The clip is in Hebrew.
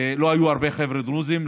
לא היו הרבה חבר'ה דרוזים.